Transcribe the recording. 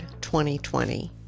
2020